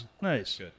Nice